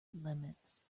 limits